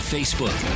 Facebook